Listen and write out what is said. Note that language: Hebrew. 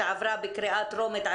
שעברה בקריאה טרומית,